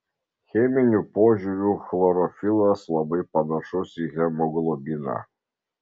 cheminiu požiūriu chlorofilas labai panašus į hemoglobiną